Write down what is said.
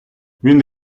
він